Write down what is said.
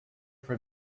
for